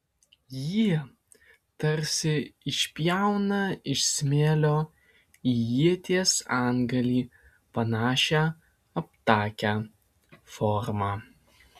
jie tarsi išpjauna iš smėlio į ieties antgalį panašią aptakią formą